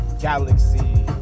galaxy